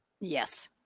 Yes